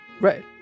Right